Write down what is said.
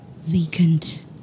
vacant